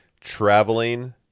traveling